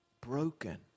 broken